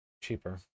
Cheaper